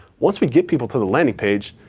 once we get people to the landing page,